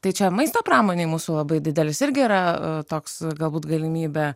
tai čia maisto pramonei mūsų labai didelis irgi yra toks galbūt galimybė